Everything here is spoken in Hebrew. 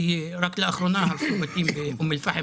כי רק לאחרונה הרסו בתים באום אל-פחם